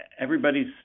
everybody's